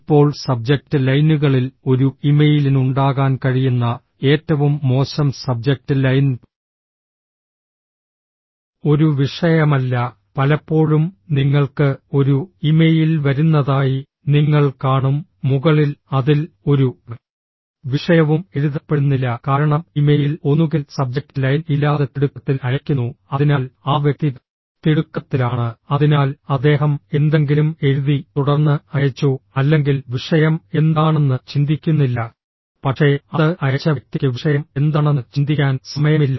ഇപ്പോൾ സബ്ജക്റ്റ് ലൈനുകളിൽ ഒരു ഇമെയിലിന് ഉണ്ടാകാൻ കഴിയുന്ന ഏറ്റവും മോശം സബ്ജക്റ്റ് ലൈൻ ഒരു വിഷയമല്ല പലപ്പോഴും നിങ്ങൾക്ക് ഒരു ഇമെയിൽ വരുന്നതായി നിങ്ങൾ കാണും മുകളിൽ അതിൽ ഒരു വിഷയവും എഴുതപ്പെടുന്നില്ല കാരണം ഇമെയിൽ ഒന്നുകിൽ സബ്ജക്റ്റ് ലൈൻ ഇല്ലാതെ തിടുക്കത്തിൽ അയയ്ക്കുന്നു അതിനാൽ ആ വ്യക്തി തിടുക്കത്തിലാണ് അതിനാൽ അദ്ദേഹം എന്തെങ്കിലും എഴുതി തുടർന്ന് അയച്ചു അല്ലെങ്കിൽ വിഷയം എന്താണെന്ന് ചിന്തിക്കുന്നില്ല പക്ഷേ അത് അയച്ച വ്യക്തിക്ക് വിഷയം എന്താണെന്ന് ചിന്തിക്കാൻ സമയമില്ല